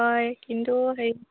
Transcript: হয় কিন্তু হেৰি